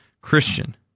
Christian